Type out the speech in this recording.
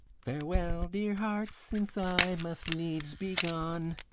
farewell, dear heart, since i must needs be gone